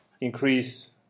increase